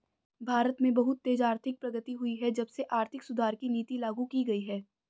भारत में बहुत तेज आर्थिक प्रगति हुई है जब से आर्थिक सुधार की नीति लागू की गयी है